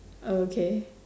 oh okay